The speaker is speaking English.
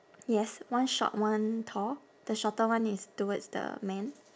yes one short one tall the shorter one is towards the man